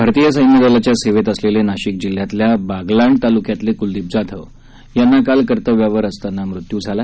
भारतीय सखिदलाच्या सेवेत असलेले नाशिक जिल्ह्यातल्या बागलाण तालुक्यातले कुलदीप जाधव यांचा काल कर्तव्यावर असताना मृत्यू झाला